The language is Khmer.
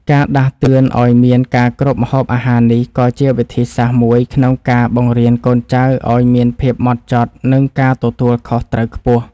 ការដាស់តឿនឱ្យមានការគ្របម្ហូបអាហារនេះក៏ជាវិធីសាស្រ្តមួយក្នុងការបង្រៀនកូនចៅឱ្យមានភាពហ្មត់ចត់ និងការទទួលខុសត្រូវខ្ពស់។